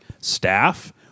staff